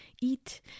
eat